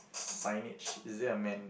signage is it a man